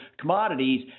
commodities